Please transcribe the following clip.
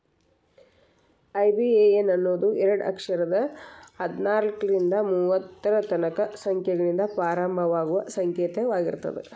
IBAN ಅನ್ನೋದು ಎರಡ ಅಕ್ಷರದ್ ಹದ್ನಾಲ್ಕ್ರಿಂದಾ ಮೂವತ್ತರ ತನಕಾ ಸಂಖ್ಯೆಗಳಿಂದ ಪ್ರಾರಂಭವಾಗುವ ಸಂಕೇತವಾಗಿರ್ತದ